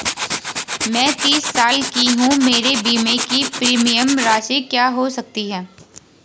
मैं तीस साल की हूँ मेरे बीमे की प्रीमियम राशि क्या हो सकती है?